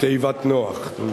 תיבת נח.